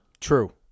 True